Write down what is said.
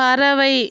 பறவை